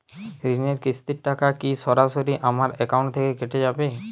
ঋণের কিস্তির টাকা কি সরাসরি আমার অ্যাকাউন্ট থেকে কেটে যাবে?